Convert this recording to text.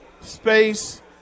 space